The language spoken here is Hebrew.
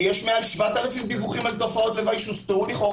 כי יש מעל 7,000 דיווחים על תופעות לוואי שהוסתרו לכאורה